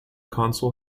consul